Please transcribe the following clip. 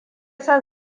son